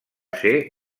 ser